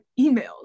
emails